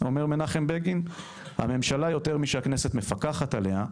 אומר מנחם בגין: "הממשלה - יותר משהכנסת מפקחת עליה,